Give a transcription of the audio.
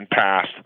passed